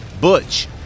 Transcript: Butch